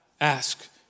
ask